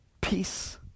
peace